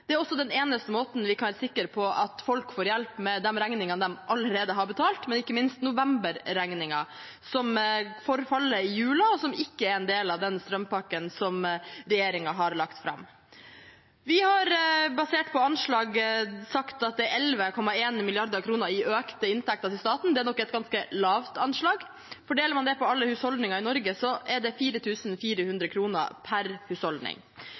Det er også den eneste måten vi kan sikre at folk får hjelp med de regningene de allerede har betalt, ikke minst november-regningen, som forfaller i jula, og som ikke er en del den strømpakken som regjeringen har lagt fram. Vi har, basert på anslag, sagt at det er 11,1 mrd. kr i økte inntekter til staten. Det er nok et ganske lavt anslag. Fordeler man det på alle husholdninger i Norge, er det 4 400 kr per husholdning.